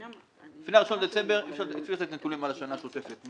לפני 1 בדצמבר אי אפשר לתת נתונים על השנה השוטפת.